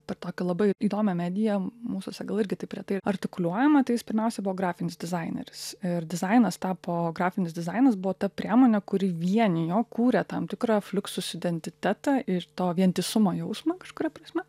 per tokią labai įdomią mediją mūsuose gal irgi taip retai artikuliuojamą tai jis pirmiausia buvo grafinis dizaineris ir dizainas tapo grafinis dizainas buvo ta priemonė kuri vienijo kūrė tam tikrą fluxus identitetą ir to vientisumo jausmą kažkuria prasme